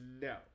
no